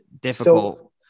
difficult